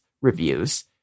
reviews